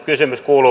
kysymys kuuluu